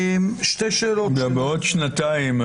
בעוד שנתיים,